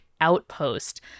outpost